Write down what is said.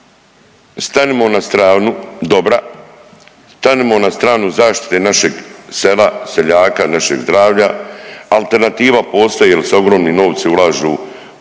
stanimo na stranu zaštite našeg sela, seljaka, našeg zdravlja. Alternativa postoji jer se ogromni novci ulažu u